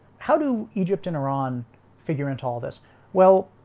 how do egypt and iran figure into all this well,